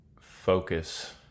focus